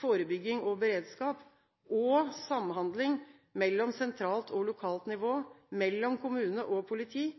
forebygging og beredskap, og samhandling mellom sentralt og lokalt nivå og mellom kommune og politi,